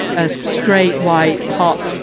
as straight, white hot,